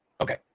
Okay